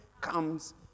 comes